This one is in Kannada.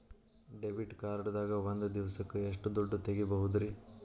ಡೆಬಿಟ್ ಕಾರ್ಡ್ ದಾಗ ಒಂದ್ ದಿವಸಕ್ಕ ಎಷ್ಟು ದುಡ್ಡ ತೆಗಿಬಹುದ್ರಿ?